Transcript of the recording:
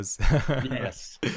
yes